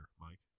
Mike